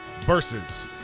versus